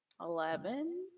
Eleven